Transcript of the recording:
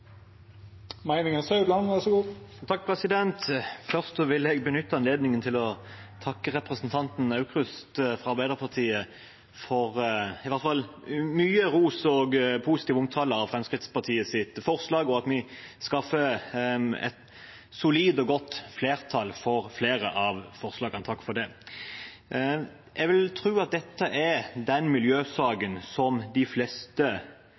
Først vil jeg benytte anledningen til å takke representanten Aukrust fra Arbeiderpartiet for i hvert fall mye ros og positiv omtale av Fremskrittspartiets forslag. Vi skaffer et solid og godt flertall for flere av forslagene – takk for det. Jeg vil tro at dette er den miljøsaken som de fleste